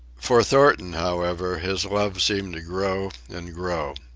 for thornton, however, his love seemed to grow and grow.